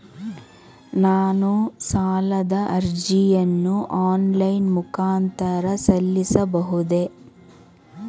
ನಾನು ಸಾಲದ ಅರ್ಜಿಯನ್ನು ಆನ್ಲೈನ್ ಮುಖಾಂತರ ಸಲ್ಲಿಸಬಹುದೇ?